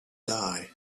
die